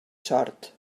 sort